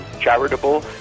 charitable